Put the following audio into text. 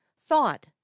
thought